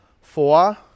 Four